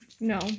No